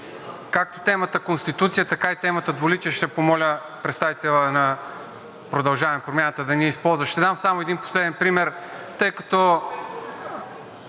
Както темата „Конституция“, така и темата „Двуличие“ ще помоля представителя на „Продължаваме Промяната“ да не я използва. Ще дам само един последен пример,